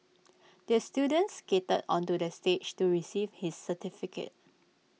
the student skated onto the stage to receive his certificate